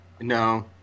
No